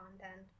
content